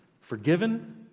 forgiven